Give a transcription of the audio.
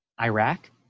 Iraq